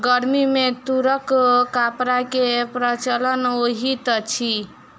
गर्मी में तूरक कपड़ा के प्रचलन होइत अछि